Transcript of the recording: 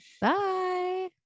bye